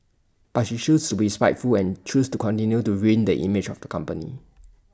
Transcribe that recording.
but she shoes to be spiteful and chose to continue to ruin the image of the company